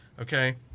Okay